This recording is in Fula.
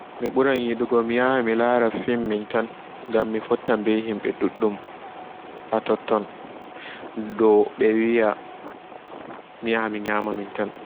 Mi ɓuran yiɗugo mi yaha mi lara film minta ngam mi fotta ɓe himɓe ɗuɗɗum ɗou ɓe wi'a mi yaha mi nyama min tan.